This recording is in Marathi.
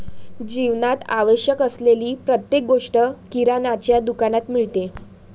जीवनात आवश्यक असलेली प्रत्येक गोष्ट किराण्याच्या दुकानात मिळते